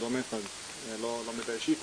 לא מידע אישי כמובן,